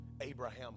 Abraham